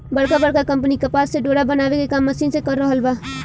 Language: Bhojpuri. बड़का बड़का कंपनी कपास से डोरा बनावे के काम मशीन से कर रहल बा